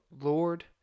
Lord